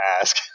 ask